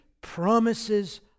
promises